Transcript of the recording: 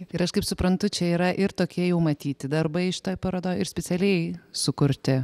ir aš kaip suprantu čia yra ir tokie jau matyti darbai šitoj parodoj ir specialiai sukurti